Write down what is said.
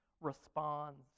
responds